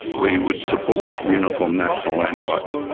we would support uniform national land rights.